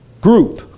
group